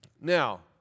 now